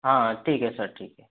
हाँ हाँ ठीक है सर ठीक है